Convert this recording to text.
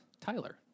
Tyler